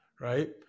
right